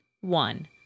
One